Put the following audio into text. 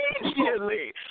Immediately